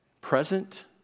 Present